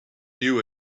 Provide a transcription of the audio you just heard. you